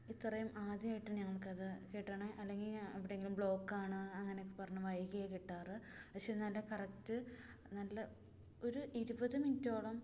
ഇത്രയും ആദ്യമായിട്ട് ഞങ്ങൾക്കത് കിട്ടുന്നത് അല്ലെങ്കിൽ എവിടെയെങ്കിലും ബ്ലോക്ക് ആണ് അങ്ങനെയൊക്കെ പറഞ്ഞ് വൈകിയേ കിട്ടാറ് പക്ഷെ നല്ല കറക്റ്റ് നല്ല ഒരു ഇരുപത് മിനിറ്റോളം